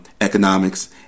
economics